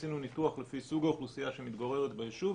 עשינו ניתוח לפי סוג האוכלוסייה שמתגוררת ביישוב,